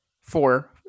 four